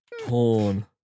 porn